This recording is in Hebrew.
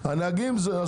יש